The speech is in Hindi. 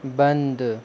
बंद